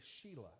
Sheila